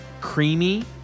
creamy